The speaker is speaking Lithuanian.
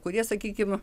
kurie sakykim